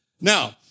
Now